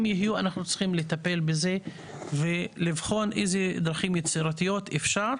אם יהיו נצטרך לטפל בזה ולבחון איזה דרכים יצירתיות אפשר